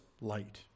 light